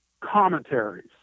commentaries